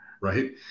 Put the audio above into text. right